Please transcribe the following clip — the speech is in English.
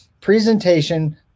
Presentation